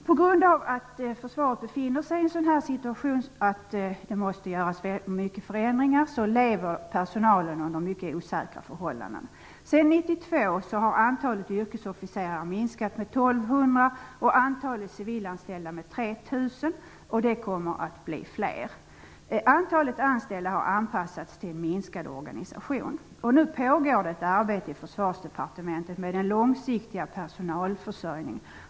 På grund av att Försvaret befinner sig i en situation som kräver stora förändringar lever personalen under mycket osäkra förhållanden. Sedan 1992 har antalet yrkesofficerare minskat med 1 200 och antalet civilanställda med 3 000. Det kommer att bli fler. Antalet anställda har anpassats till en minskad organisation. Nu pågår ett arbete i Försvarsdepartementet med den långsiktiga personalförsörjningen.